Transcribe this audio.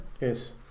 Yes